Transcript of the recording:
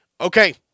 Okay